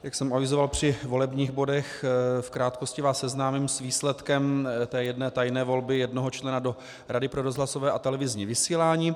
Jak jsem avizoval při volebních bodech, v krátkosti vás seznámím s výsledkem té jedné tajné volby jednoho člena do Rady pro rozhlasové a televizní vysílání.